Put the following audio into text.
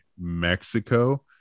Mexico